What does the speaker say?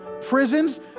Prisons